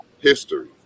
history